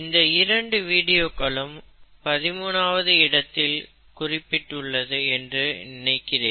இந்த இரண்டு வீடியோகளும் 13 ஆவது இடத்தில் குறிப்பிட்டுள்ளது என்று நினைக்கிறேன்